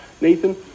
Nathan